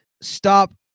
stop